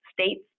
states